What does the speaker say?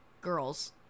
girls